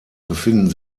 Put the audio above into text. befinden